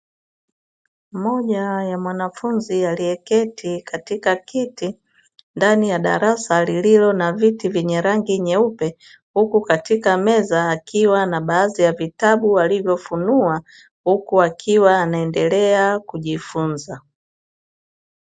Mmoja ya mwanafunzi alieketi katika kiti ndani ya darasa lililo na viti vyenye rangi nyeupe, huku katika meza akiwa na baadhi ya vitabu alivyofunua, huku akiwa anaendelea kujifunza.